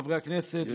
חברי הכנסת,